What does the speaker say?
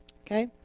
Okay